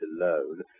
alone